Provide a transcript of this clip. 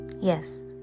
Yes